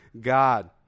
God